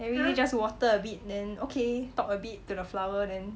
I really just water a bit then okay talk a bit to the flower then